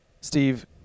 Steve